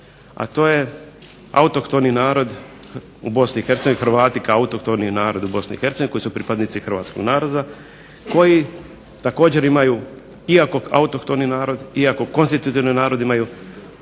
kao autohtoni narod u Bosni i Hercegovini koji su pripadnici hrvatskoga naroda, koji također imaju iako autohtoni narod, iako konstitutivni narod imaju